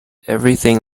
everything